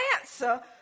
answer